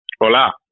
Hola